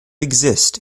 exist